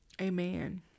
Amen